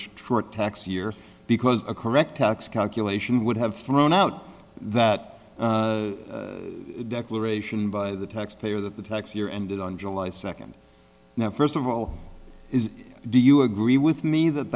a tax year because a correct tax calculation would have thrown out that declaration by the tax payer that the tax year ended on july second now first of all is do you agree with me that